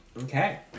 Okay